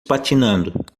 patinando